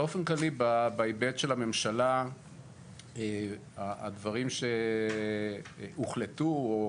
באופן כללי בהיבט של הממשלה הדברים שהוחלטו או